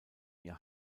ihr